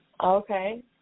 Okay